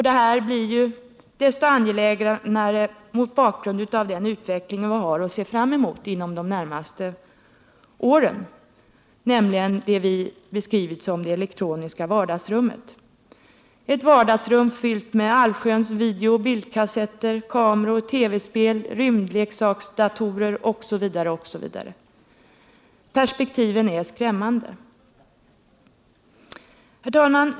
Detta blir desto angelägnare mot bakgrund av den utveckling vi har att se fram emot inom de närmaste åren, nämligen det vi beskrivit som det elektroniska vardagsrummet. Det är ett vardagsrum fyllt med allsköns video, bildkassetter, kameror och TV-spel, rymdleksaksdatorer osv. Perspektiven är skrämmande. Herr talman!